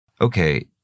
Okay